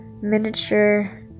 miniature